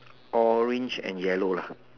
orange and yellow lah